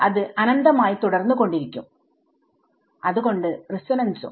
അത് അനന്തമായി തുടർന്നു കൊണ്ടിരിക്കും അത്കൊണ്ട് റിസോനൻസും